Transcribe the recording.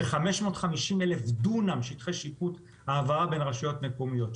ו-550,000 דונם שטחי שיפוט העברה בין רשויות מקומיות,